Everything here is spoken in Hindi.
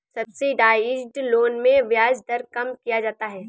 सब्सिडाइज्ड लोन में ब्याज दर कम किया जाता है